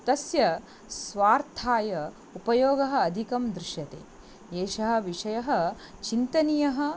तस्य स्वार्थाय उपयोगः अधिकं दृश्यते एषः विषयः चिन्तनीयः